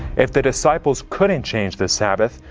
if the disciples couldn't change the sabbath,